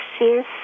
yes